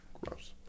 gross